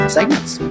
Segments